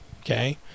Okay